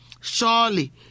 Surely